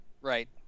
Right